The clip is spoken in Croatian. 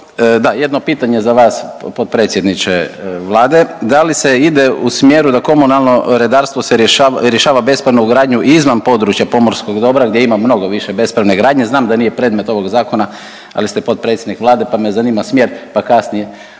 da jedno pitanje za vas potpredsjedniče Vlade da li se ide u smjeru da komunalno redarstvo rješava bespravnu gradnju i izvan područja pomorskog dobra gdje ima mnogo više bespravne gradnje. Znam da nije predmet ovog zakona, ali ste potpredsjednik Vlade pa me zanima smjer, pa kasnije